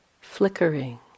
flickering